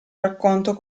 racconto